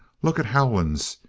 look at howlands.